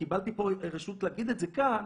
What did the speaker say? קיבלתי פה רשות להגיד את זה כאן.